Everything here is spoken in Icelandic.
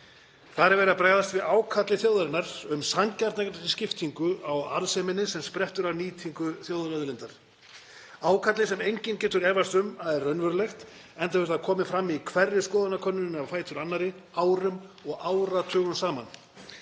Þar er verið að bregðast við ákalli þjóðarinnar um sanngjarna skiptingu á arðseminni sem sprettur af nýtingu þjóðarauðlindar, ákalli sem enginn getur efast um að sé raunverulegt, enda hefur það komið fram í hverri skoðanakönnuninni á fætur annarri árum og áratugum saman.